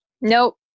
Nope